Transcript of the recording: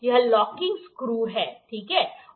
यह locking screw है ठीक है